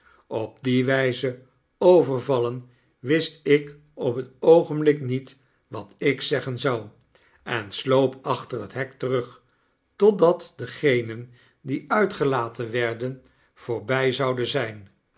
op die wyze overvallen wist ik op het oogenblik niet wat ik zeggen zou en sloop achter het hek terug totdat degenen die uitgelaten werden voorby zouden zjn